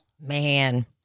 Man